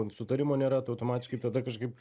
sutarimo nėra tai automatiškai tada kažkaip